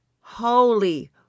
holy